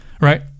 right